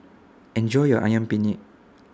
Enjoy your Ayam Penyet